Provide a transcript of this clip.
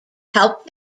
helped